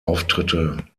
auftritte